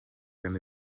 gan